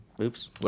Oops